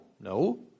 No